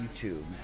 YouTube